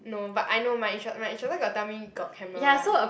no but I know my instr~ my instructor got tell me got camera [one]